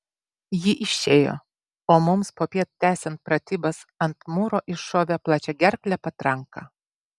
ji išėjo o mums popiet tęsiant pratybas ant mūro iššovė plačiagerklė patranka